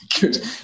Good